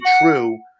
true